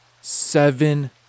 seven